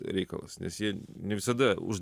reikalas nes jie ne visada už